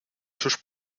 sus